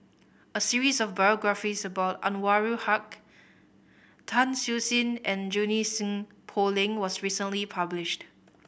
a series of biographies about Anwarul Haque Tan Siew Sin and Junie Sng Poh Leng was recently published